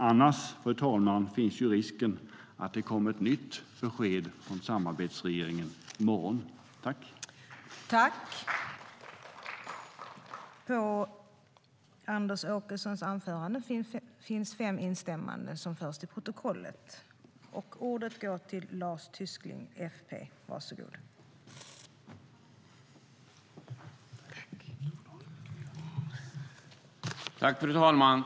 Annars, fru talman, finns ju risken att det kommer ett nytt besked från samarbetsregeringen i morgon.I detta anförande instämde Sten Bergheden, Edward Riedl och Boriana Åberg , Lars Tysklind samt Robert Halef .